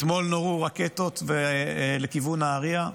אתמול נורו רקטות לכיוון נהריה.